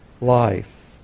life